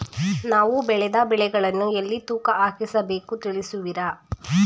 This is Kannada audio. ನಾವು ಬೆಳೆದ ಬೆಳೆಗಳನ್ನು ಎಲ್ಲಿ ತೂಕ ಹಾಕಿಸ ಬೇಕು ತಿಳಿಸುವಿರಾ?